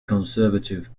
conservative